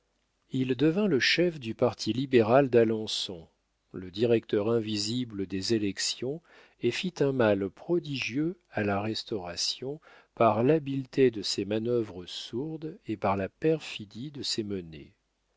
il devint le chef du parti libéral d'alençon le directeur invisible des élections et fit un mal prodigieux à la restauration par l'habileté de ses manœuvres sourdes et par la perfidie de ses menées